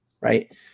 right